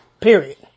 Period